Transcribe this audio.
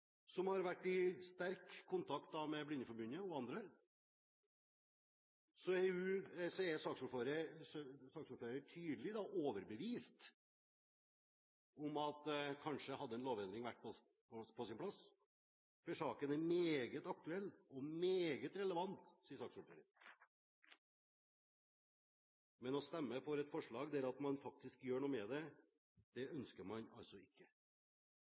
tydelig overbevist om at en lovendring kanskje hadde vært på sin plass, for saken er meget aktuell og meget relevant, sier saksordføreren. Men å stemme for et forslag der man faktisk gjør noe med det, ønsker man altså ikke.